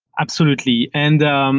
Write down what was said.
absolutely. and um